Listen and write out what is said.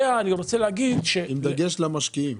עם דגש על המשקיעים.